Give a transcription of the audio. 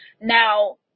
Now